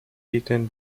eaten